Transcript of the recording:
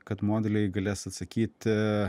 kad modeliai galės atsakyti